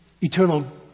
eternal